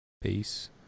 Peace